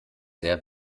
sehr